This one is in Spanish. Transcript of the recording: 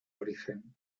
origen